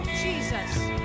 Jesus